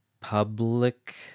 Public